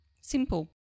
Simple